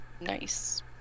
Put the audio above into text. nice